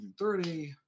130